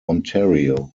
ontario